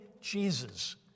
Jesus